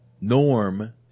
Norm